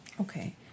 Okay